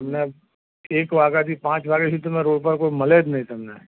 અને એક વાગ્યાથી પાંચ વાગ્યા સુધી તમે રોડ પર કોઈ મળે જ નહીં તમને